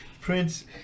Prince